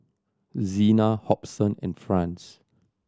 Zena Hobson and Franz